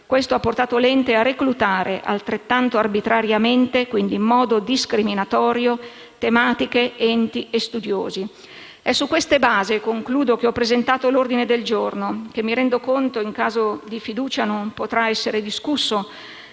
Ciò ha portato l'ente a reclutare altrettanto arbitrariamente, quindi in modo discriminatorio, tematiche, enti e studiosi. È su queste basi che ho presentato l'ordine del giorno che - mi rendo conto - in caso di apposizione della fiducia non potrà essere discusso,